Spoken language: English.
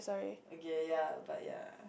okay ya but ya